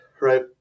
right